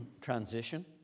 transition